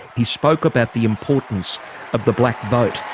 he spoke about the importance of the black vote.